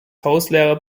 hauslehrer